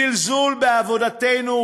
זלזול בעבודתנו,